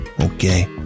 okay